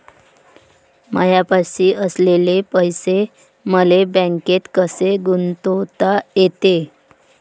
मायापाशी असलेले पैसे मले बँकेत कसे गुंतोता येते?